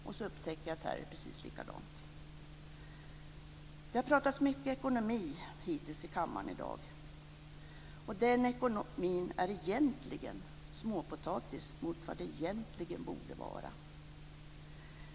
Och så upptäckte jag att det är precis likadant här. Det har talats mycket ekonomi hittills i kammaren i dag. Den ekonomin är småpotatis mot vad det egentligen borde var.